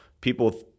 people –